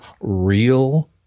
real